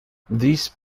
these